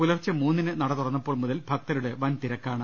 പുലർച്ചെ മൂന്നിന് നട തുറന്നപ്പോൾ മുതൽ ഭക്തരുടെ വൻതിരക്കാണ്